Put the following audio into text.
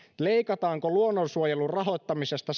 leikataanko luonnonsuojelun rahoittamisesta